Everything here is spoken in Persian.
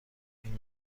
این